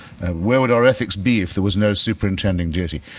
where would our ethics be if there was no superintending duty?